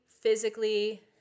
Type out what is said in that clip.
physically